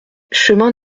chemin